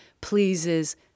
pleases